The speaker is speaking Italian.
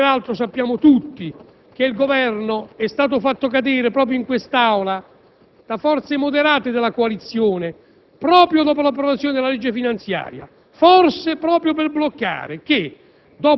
Peraltro, sappiamo tutti che il Governo è stato fatto cadere proprio in quest'Aula da forze moderate della coalizione proprio dopo l'approvazione della legge finanziaria, forse per impedire che